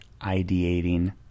ideating